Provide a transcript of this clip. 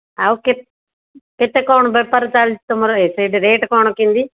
ଆଉ କେତେ କ'ଣ ବେପାର ଚାଲିଛି ତୁମର ଏ ସେଇଠି ରେଟ୍ କ'ଣ କେମିତି